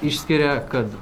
išskiria kad